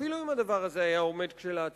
אפילו אם הדבר הזה היה עומד כשלעצמו,